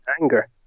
anger